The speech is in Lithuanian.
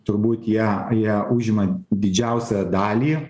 turbūt jie jie užima didžiausią dalį